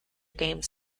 games